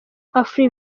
africa